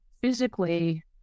physically